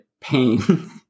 pain